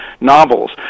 novels